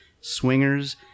Swingers